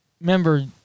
remember